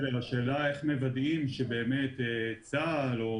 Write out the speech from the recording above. השאלה איך מוודאים שבאמת צבא הגנה לישראל